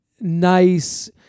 nice